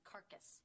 Carcass